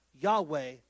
Yahweh